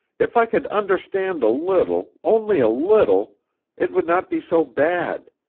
if i could understand a little only a little it would not be so bad.